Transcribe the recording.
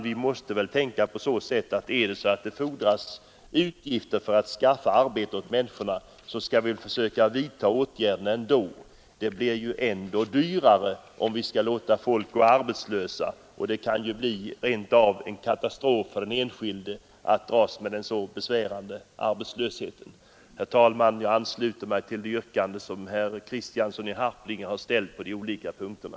Vi måste i stället tänka så, att om det fordras utgifter för att skaffa arbete åt människorna, måste vi försöka vidta åtgärder ändå. Det blir ju ännu dyrare om vi skall låta folk gå arbetslösa, och det kan rent av bli en katastrof för den enskilde att dras med en besvärande arbetslöshet. Herr talman! Jag ansluter mig till de yrkanden herr Kristiansson i Harplinge har ställt på de olika punkterna.